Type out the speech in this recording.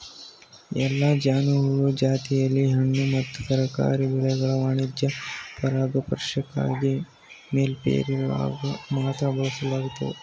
ಎಲ್ಲಾ ಜೇನುಹುಳು ಜಾತಿಲಿ ಹಣ್ಣು ಮತ್ತು ತರಕಾರಿ ಬೆಳೆಗಳ ವಾಣಿಜ್ಯ ಪರಾಗಸ್ಪರ್ಶಕ್ಕಾಗಿ ಮೆಲ್ಲಿಫೆರಾನ ಮಾತ್ರ ಬಳಸಲಾಗ್ತದೆ